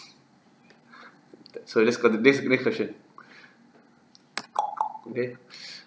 so let's continue next next question okay